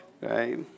Right